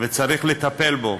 וצריך לטפל בו.